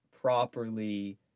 properly